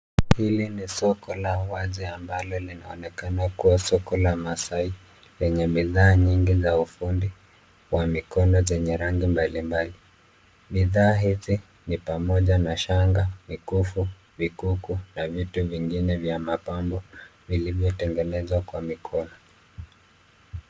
Hili ni soko la wazi ambalo linaonekana kuwa soko la masai yenye bidhaa nyingi za ufundi wa mikono zenye rangi mbalimbali. Bidhaa hizi ni pamoja na shanga, mikufu, vikuku na vitu vingine vya mapambo vilivyotengenezwa kwa mikono.